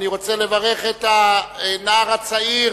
אני רוצה לברך את הנער הצעיר